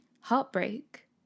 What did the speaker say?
Heartbreak